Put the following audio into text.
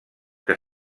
que